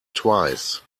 twice